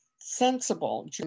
sensible